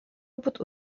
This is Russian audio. опыт